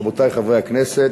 רבותי חברי הכנסת,